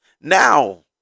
Now